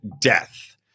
death